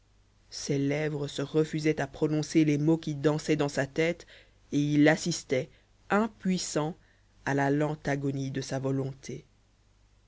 ses lèvres se refusaient à prononcer les mots qui dansaient dans sa tête et il assistait impuissant à la lente agonie de sa volonté